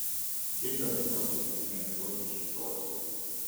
gintaras staučė per treniruotę šypsojosi